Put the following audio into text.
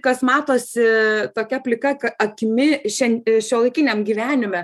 kas matosi tokia plika akimi šian šiuolaikiniam gyvenime